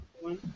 one